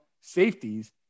safeties